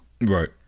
Right